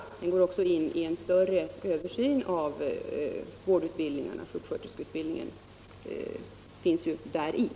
Frågan ingår även i en större översyn av vårdutbildningen, som sjuksköterskeutbildningen är en del av.